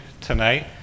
tonight